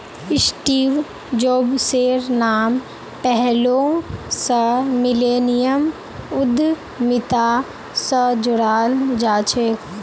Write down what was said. Steve जॉब्सेर नाम पैहलौं स मिलेनियम उद्यमिता स जोड़ाल जाछेक